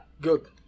good